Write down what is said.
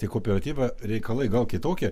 tiek kooperatyve reikalai gal kitokie